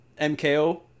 mko